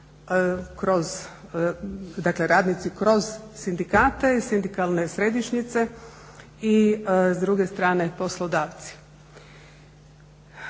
dakle radnici kroz sindikate i sindikalne središnjice i s druge strane poslodavci